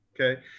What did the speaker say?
Okay